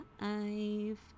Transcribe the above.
five